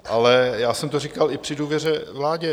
Ale já jsem to říkal i při důvěře vládě.